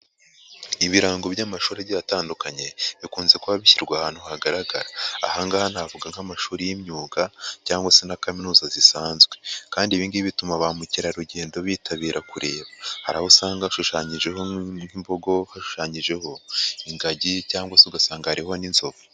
Ibirango by'amashuri agiye atandukanye bikunze kuba bishyirwa ahantu hagaragara. Aha ngaha navuga nk'amashuri y'imyuga cyangwa se na kaminuza zisanzwe. Kandi ibi bigi bituma ba mukerarugendo bitabira kureba. Hari aho usanga hashushanyijeho nk'imbogo, hashushanyijeho ingagi cyangwa se ugasanga hariho n'inzovu.